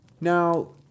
Now